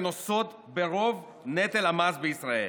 ונושאות ברוב נטל המס בישראל?